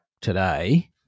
today